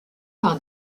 par